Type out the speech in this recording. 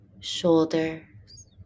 shoulders